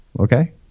Okay